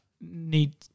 need